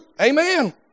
Amen